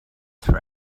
for